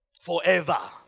Forever